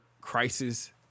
crisis